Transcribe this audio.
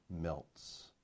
melts